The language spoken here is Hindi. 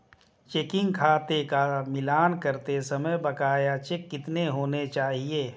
चेकिंग खाते का मिलान करते समय बकाया चेक कितने होने चाहिए?